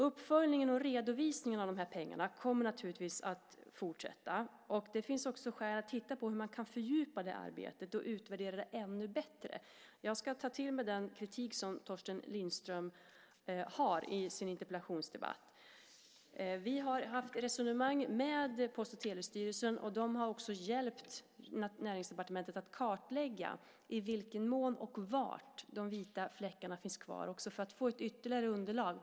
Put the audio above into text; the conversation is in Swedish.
Uppföljningen och redovisningen av pengarna kommer naturligtvis att fortsätta. Det finns också skäl att titta på hur man kan fördjupa arbetet och utvärdera det ännu bättre. Jag ska ta till mig den kritik som Torsten Lindström har i sin interpellation. Vi har fört resonemang med Post och telestyrelsen. Där har man också hjälpt Näringsdepartementet att kartlägga i vilken mån och var de vita fläckarna finns kvar för att få ytterligare underlag.